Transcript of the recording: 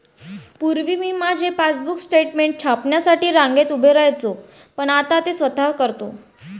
पूर्वी मी माझे पासबुक स्टेटमेंट छापण्यासाठी रांगेत उभे राहायचो पण आता ते स्वतः करतो